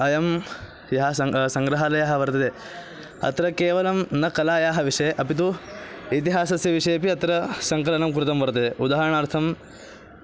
अयं यः सङ् सङ्ग्रहालयः वर्तते अत्र केवलं न कलायाः विषये अपि तु इतिहासस्य विषये अपि अत्र सङ्कलनं कृतं वर्तते उदाहरणार्थं